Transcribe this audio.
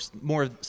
more